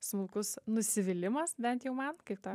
smulkus nusivylimas bent jau man kaip tau